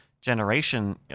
generation